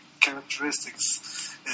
characteristics